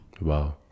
Wow